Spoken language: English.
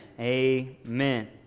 Amen